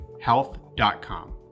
Health.com